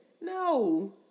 No